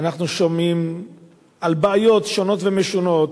ואנחנו שומעים על בעיות שונות ומשונות.